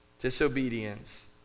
disobedience